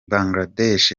bangladesh